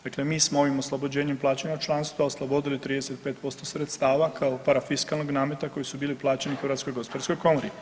Dakle, mi smo ovim oslobođenjem plaćanja članstva oslobodili 30% sredstava kao parafiskalnog nameta koji su bili plaćeni HGK.